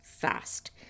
fast